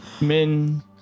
men